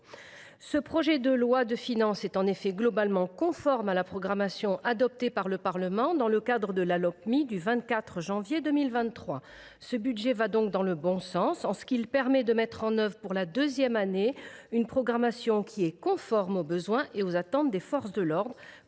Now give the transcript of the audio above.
Ce projet de loi de finances est en effet globalement conforme à la programmation adoptée par le Parlement dans le cadre de la Lopmi. IL va donc dans le bon sens, car il permet de mettre en œuvre pour la deuxième année une programmation conforme aux besoins et aux attentes tant des forces de l’ordre